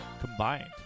Combined